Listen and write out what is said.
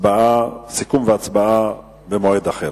סיכום והצבעה במועד אחר,